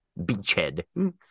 beachhead